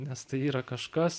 nes tai yra kažkas